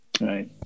right